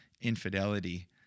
infidelity